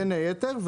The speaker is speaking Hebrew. בין היתר.